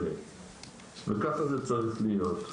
וכך זה צריך להיות.